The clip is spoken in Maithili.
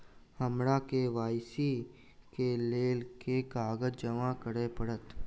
हमरा के.वाई.सी केँ लेल केँ कागज जमा करऽ पड़त?